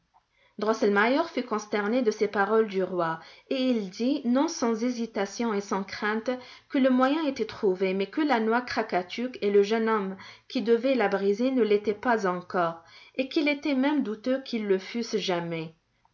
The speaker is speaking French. drosselmeier fut consterné de ces paroles du roi et il dit non sans hésitation et sans crainte que le moyen était trouvé mais que la noix krakatuk et le jeune homme qui devait la briser ne l'étaient pas encore et qu'il était même douteux qu'ils le fussent jamais